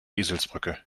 eselsbrücke